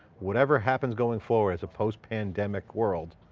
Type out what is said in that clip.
whatever happens going forward as post pandemic world,